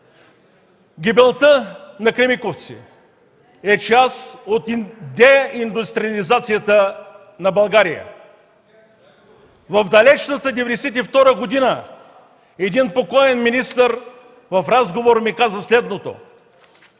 Гибелта на „Кремиковци” е част от деиндустриализацията на България. В далечната 1992 г. един покоен министър в разговор ми каза следното